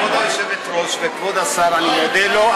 כבוד היושבת-ראש, וכבוד השר, אני מודה לו.